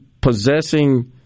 possessing